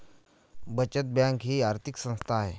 बचत बँक ही आर्थिक संस्था आहे